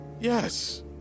Yes